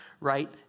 right